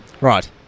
right